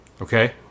okay